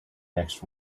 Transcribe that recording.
next